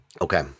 Okay